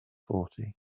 forty